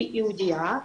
אני חושבת,